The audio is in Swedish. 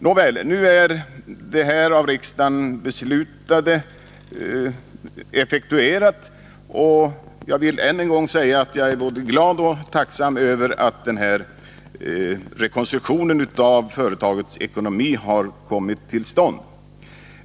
Nåväl, nu är det som riksdagen beslutade effektuerat, och jag vill än en gång säga att jag är glad och tacksam över att den här rekonstruktionen av företagets ekonomi har kommit till stånd.